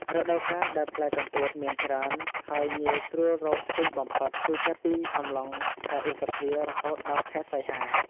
រដូវកាលដែលផ្លែកន្ទួតមានច្រើន ហើយងាយស្រួលរកទិញបំផុត គឺចាប់ពីអំឡុង ខែឧសភា រហូតដល់ខែសីហា។